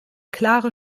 klare